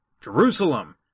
Jerusalem